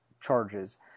charges